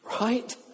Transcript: Right